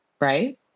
right